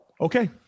Okay